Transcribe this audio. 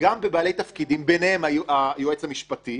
וגם בבעלי תפקידים ביניהם היועץ המשפטי